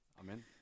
Amen